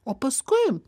o paskui